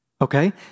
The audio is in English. Okay